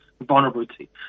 vulnerability